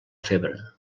febre